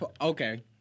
okay